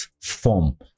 form